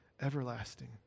everlasting